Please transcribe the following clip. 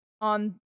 on